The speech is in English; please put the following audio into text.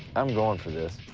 i'm going for this.